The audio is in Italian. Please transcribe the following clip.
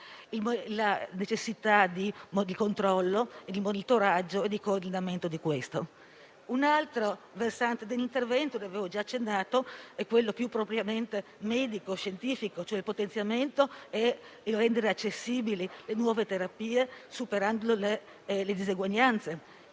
la necessità di controllo, di monitoraggio e di coordinamento di tutto questo. Un altro versante dell'intervento, a cui avevo già accennato, è quello più propriamente medico-scientifico, cioè il potenziamento degli strumenti e il fatto di rendere accessibili le nuove terapie superando le diseguaglianze,